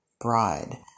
bride